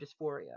dysphoria